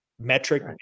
metric